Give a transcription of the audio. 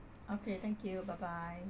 okay thank you bye bye